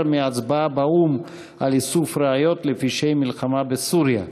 מההצבעה באו"ם על איסוף ראיות לפשעי מלחמה בסוריה.